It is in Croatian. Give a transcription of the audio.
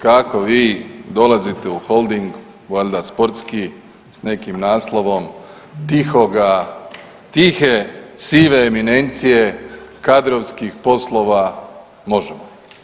Kako vi dolazite u Holding valjda sportski s nekim naslovom tihoga, tihe sive eminencije kadrovskih poslova, možemo.